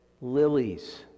lilies